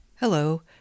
Hello